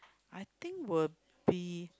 I think will be